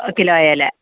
കിലോയിൽ